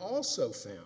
also found